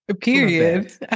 Period